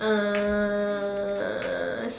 uh